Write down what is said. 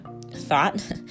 thought